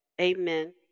Amen